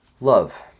Love